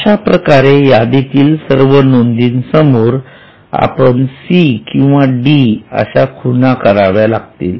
अशाप्रकारे यादीतील सर्व नोंदी समोर आपण सी किंवा डी अश्या खुणा कराव्या लागतील